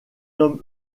homme